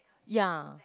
ya